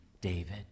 David